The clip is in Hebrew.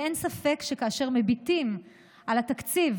ואין ספק שכאשר מביטים על התקציב,